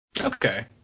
Okay